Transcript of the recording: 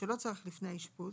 שלא צרך לפני האשפוז,